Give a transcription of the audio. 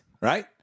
right